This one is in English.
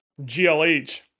GLH